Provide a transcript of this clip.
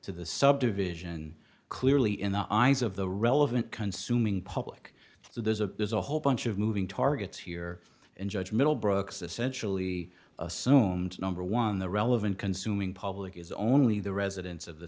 to the subdivision clearly in the eyes of the relevant consuming public so there's a there's a whole bunch of moving targets here and judge middlebrooks essentially assumed number one the relevant consuming public is only the residents of the